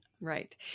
Right